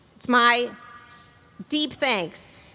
it's my deep thanks.